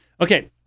Okay